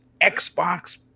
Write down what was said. xbox